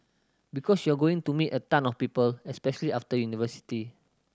because you're going to meet a ton of people especially after university